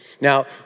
Now